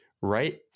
right